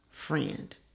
Friend